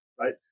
right